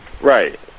Right